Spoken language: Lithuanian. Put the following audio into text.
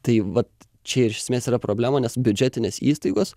tai vat čia iš esmės yra problema nes biudžetinės įstaigos